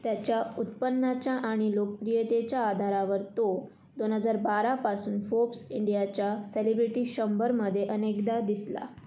त्याच्या उत्पन्नाच्या आणि लोकप्रियतेच्या आधारावर तो दोन हजार बारापासून फोब्स इंडियाच्या सेलिब्रिटी शंभरमध्ये अनेकदा दिसला